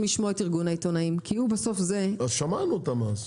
לשמוע את ארגון העיתונאים כי הוא בסוף זה --- שמענו אותם אז.